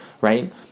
right